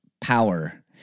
power